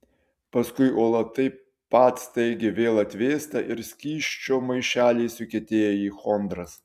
paskui uola taip pat staigiai vėl atvėsta ir skysčio maišeliai sukietėja į chondras